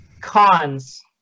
Cons